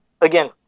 again